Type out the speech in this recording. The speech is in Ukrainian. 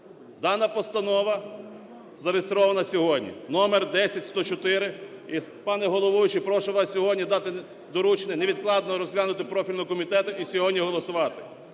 Дана постанова зареєстрована сьогодні № 10104. І, пане головуючий, прошу вас сьогодні дати доручення невідкладно розглянути профільному комітету і сьогодні голосувати.